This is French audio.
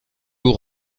lou